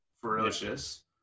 ferocious